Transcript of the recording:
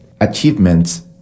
achievements